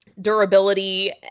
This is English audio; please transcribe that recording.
durability